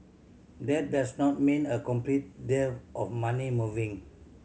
that does not mean a complete dearth of money moving